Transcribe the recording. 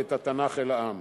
ואת התנ"ך אל העם